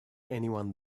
anyone